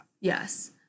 Yes